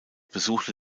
besuchte